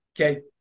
Okay